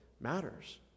matters